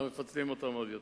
מפצלים אותם עוד יותר.